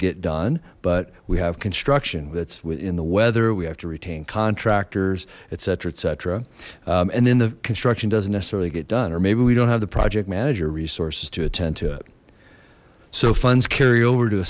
get done but we have construction that's within the weather we have to retain contractors etc etc and then the construction doesn't necessarily get done or maybe we don't have the project manager resources to attend to it so funds carry over to